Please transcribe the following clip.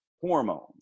hormones